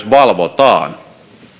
valvotaan